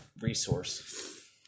resource